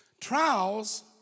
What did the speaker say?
Trials